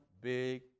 big